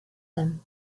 him